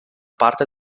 parte